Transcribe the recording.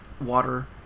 water